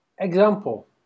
Example